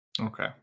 Okay